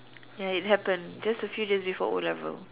ya it happened just a few days before O-level